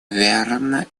верно